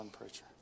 preacher